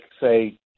say